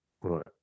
right